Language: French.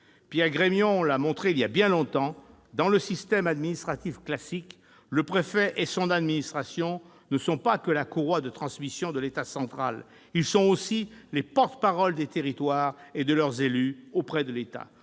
Pierre Grémion l'a montré il y a bien longtemps : dans le système administratif classique, le préfet et son administration ne sont pas que la courroie de transmission de l'État central ; ils sont aussi les porte-parole des territoires et de leurs élus auprès de l'État,